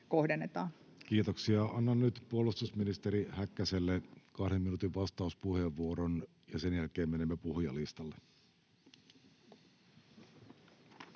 Kiitoksia. — Annan nyt puolustusministeri Häkkäselle kahden minuutin vastauspuheenvuoron, ja sen jälkeen menemme puhujalistalle.